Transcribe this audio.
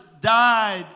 died